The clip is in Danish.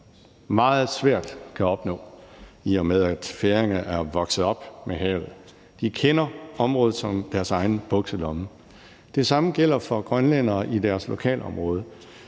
meget svært kan opnå, i og med at færingerne jo er vokset op med havet. De kender området som deres egen bukselomme. Det samme gælder for grønlændere i deres lokalområde.